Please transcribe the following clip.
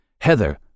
Heather